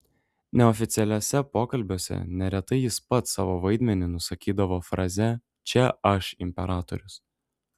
neoficialiuose pokalbiuose neretai jis pats savo vaidmenį nusakydavo fraze čia aš imperatorius